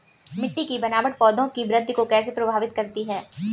मिट्टी की बनावट पौधों की वृद्धि को कैसे प्रभावित करती है?